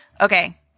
Okay